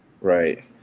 Right